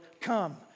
come